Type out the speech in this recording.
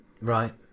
right